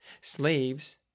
slaves